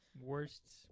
worst